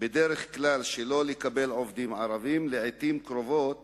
בדרך כלל שלא לקבל עובדים ערבים, לעתים קרובות